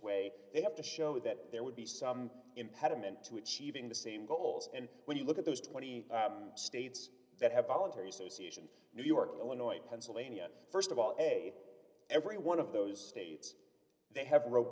way they have to show that there would be some impediment to achieving the same goals and when you look at those twenty states that have voluntary associations new york illinois pennsylvania st of all a d every one of those states they have